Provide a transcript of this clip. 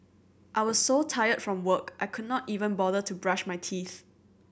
I was so tired from work I could not even bother to brush my teeth